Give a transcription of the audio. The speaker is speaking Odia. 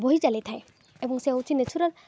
ବହି ଚାଲିଥାଏ ଏବଂ ସେ ହଉଛି ନେଚୁରାଲ୍